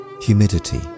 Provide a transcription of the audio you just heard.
humidity